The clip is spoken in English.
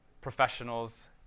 professionals